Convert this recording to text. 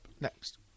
next